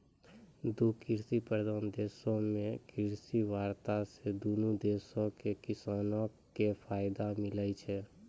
दु कृषि प्रधान देशो मे कृषि वार्ता से दुनू देशो के किसानो के फायदा मिलै छै